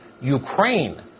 Ukraine